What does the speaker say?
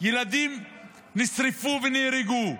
ילדים נשרפו ונהרגו.